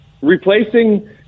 replacing